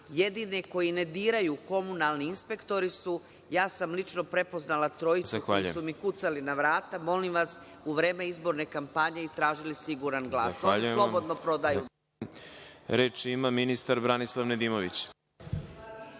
Jedini koji ne diraju komunalni inspektori su ja sam lično prepoznala trojicu koji su mi kucali na vrata, molim vas, u vreme izborne kampanje i tražili siguran glas, slobodno prodaju. **Đorđe Milićević**